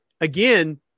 Again